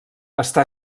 està